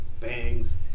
bangs